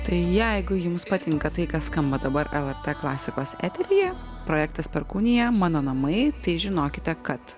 tai jeigu jums patinka tai kas skamba dabar lrt klasikos eteryje projektas perkūnija mano namai tai žinokite kad